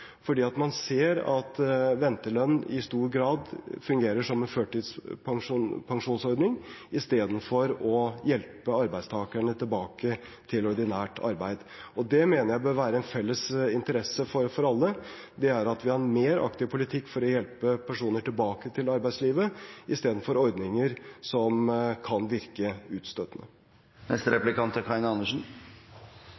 fordi man ser at ventelønn i stor grad fungerer som en førtidspensjonsordning istedenfor å hjelpe arbeidstakerne tilbake til ordinært arbeid. Jeg mener at det bør være en felles interesse for alle at vi har en mer aktiv politikk for å hjelpe personer tilbake til arbeidslivet istedenfor ordninger som kan virke utstøtende. Hvis regjeringen og statsråden er